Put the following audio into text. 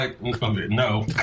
No